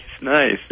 nice